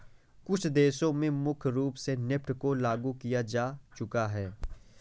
कुछ देशों में मुख्य रूप से नेफ्ट को लागू किया जा चुका है